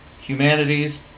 Humanities